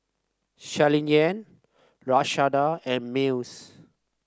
Shirleyann Lashunda and Mills